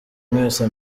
mwese